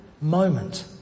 moment